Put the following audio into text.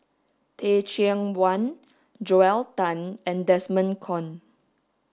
Teh Cheang Wan Joel Tan and Desmond Kon